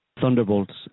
Thunderbolts